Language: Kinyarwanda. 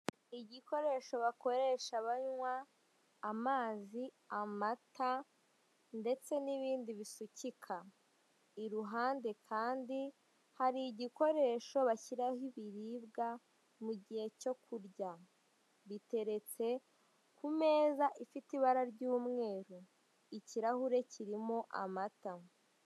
Igikoresho bakoresha banywa amazi, amata ndetse n'ibindi bisukika. Iruhande kandi hari igikoresho bashyiraho ibiribwa mu gihe cyo kurya. Biteretse ku meza ifite ibara ry'umweru, ikirahure kirimo amata.